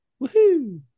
Woohoo